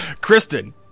Kristen